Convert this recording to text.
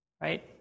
right